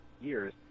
years